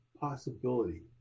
possibility